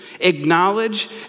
Acknowledge